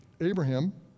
Abraham